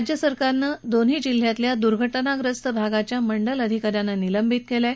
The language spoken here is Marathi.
राज्य सरकारनं दोन्ही जिल्ह्यातल्या दुर्घटनाप्रस्त भागाच्या मंडल अधिकाऱ्यांना निलंबित केलं आहे